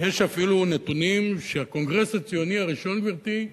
יש אפילו נתונים שהקונגרס הציוני הראשון, גברתי,